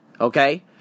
Okay